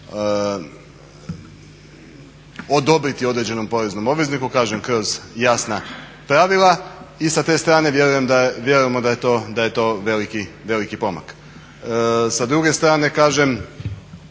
odobriti određenom poreznom obvezniku kažem kroz jasna pravila i sa te strane vjerujemo da je to veliki pomak. Sa druge strane kažem